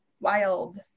wild